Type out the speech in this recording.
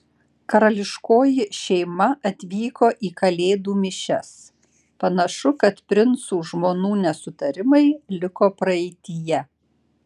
karališkoji šeima atvyko į kalėdų mišias panašu kad princų žmonų nesutarimai liko praeityje